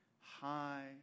high